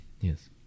Yes